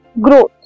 growth